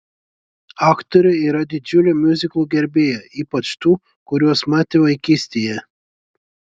aktorė yra didžiulė miuziklų gerbėja ypač tų kuriuos matė vaikystėje